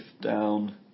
down